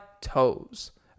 toes